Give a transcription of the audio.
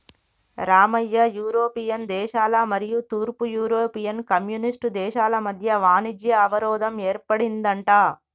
Ramayya European దేశాల మరియు తూర్పు యూరోపియన్ కమ్యూనిస్ట్ దేశాల మధ్య వాణిజ్య అవరోధం ఏర్పడిందంట